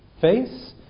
face